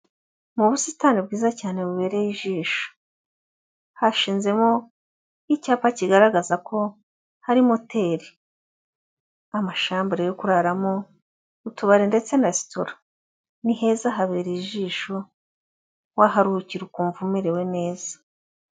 Mu busitani bwiza cyane bubereye ijisho, hashizemo icyapa kigaragaza ko hari moteri, amashambure yo kuraramo, utubari ndetse na resitora, ni heza habereye ijisho, waharuhukira ukumva umerewe neza.